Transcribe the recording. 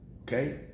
okay